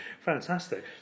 fantastic